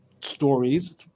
stories